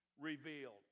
revealed